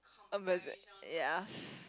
uh ya